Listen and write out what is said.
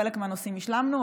חלק מהנושאים השלמנו,